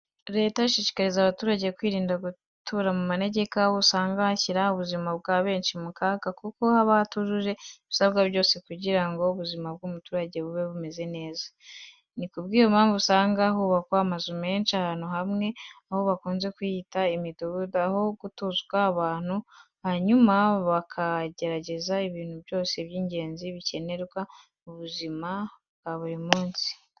Leta irashishikariza abaturage kwirinda gutura mu manegeka, aho usanga hashyira ubuzima bwa benshi mu kaga, kuko hataba hujuje ibisabwa byose kugira ngo ubizima bw'umuturage bube bumeze neza. Ni ku bw'iyo mpamvu usanga hubakwa amazu menshi ari ahantu hamwe, aho bakunze kuyita imidugudu, aho hagatuzwa abantu hanyuma bakabegereza ibintu byose by'ingenzi bikenerwa mu buzima bwa buri munsi.